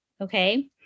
okay